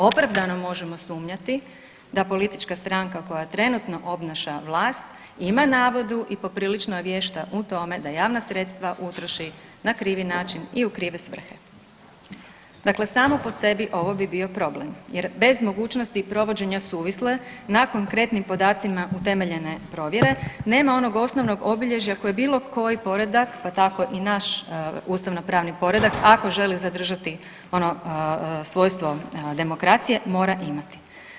Opravdano možemo sumnjati da politička stranka koja trenutno obnaša vlast ima navodu i poprilično je vješta u tome da javna sredstva utroši na krivi način i u krive svrhe, dakle samo po sebi ovo bi bio problem jer bez mogućnosti provođenja suvisle na konkretnim podacima utemeljene provjere, nema onog osnovnog obilježja koje bilo koji poredak, pa tako i naš ustavnopravni poredak ako želi zadržati ono svojstvo demokracije mora imati.